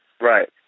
Right